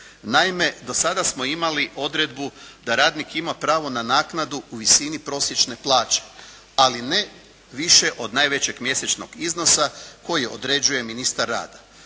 Naime do sada smo imali odredbu da radnik ima pravo na naknadu u visini prosječne plaće ali ne više od najvećeg mjesečnog iznosa koji određuje ministar rada.